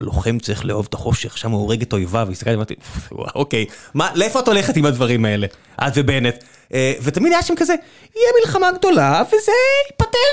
לוחם צריך לאהוב את החושך, שם הוא הורג את אויביו, יסגר את זה, ווואו, אוקיי. מה, לאיפה אתה הולכת עם הדברים האלה? אה, זה באמת. ותמיד היה שם כזה, יהיה מלחמה גדולה, וזה ייפטר.